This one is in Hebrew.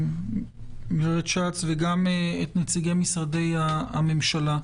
גברת שץ, וגם את נציגי משרדי הממשלה.